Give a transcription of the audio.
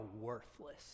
worthless